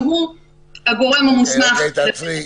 שהוא הגורם המוסמך --- תעצרי.